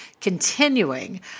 continuing